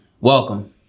welcome